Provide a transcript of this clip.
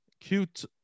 cute